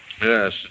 Yes